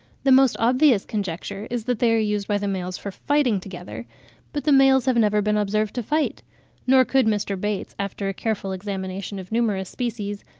the most obvious conjecture is that they are used by the males for fighting together but the males have never been observed to fight nor could mr. bates, after a careful examination of numerous species,